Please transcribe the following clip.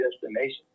destination